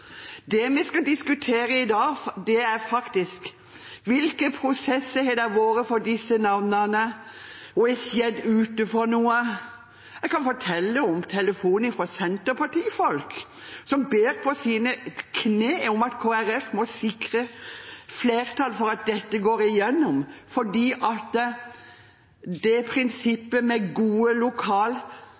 Det vi skal diskutere i dag, er: Hvilke prosesser har det vært rundt disse navnene? Hva har skjedd ute? Jeg kan fortelle om telefoner fra senterpartifolk som ber på sine knær om at Kristelig Folkeparti må sikre flertall for å få dette igjennom, fordi prinsippet med gode